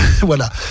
Voilà